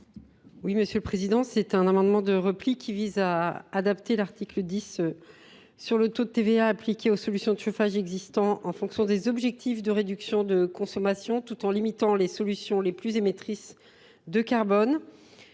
Mme Vanina Paoli Gagin. Cet amendement de repli vise à adapter l’article 10 sur le taux de TVA appliqué aux solutions de chauffage existant en fonction des objectifs de réduction de consommation, tout en limitant l’usage des solutions les plus émettrices de carbone.